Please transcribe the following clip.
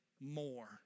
more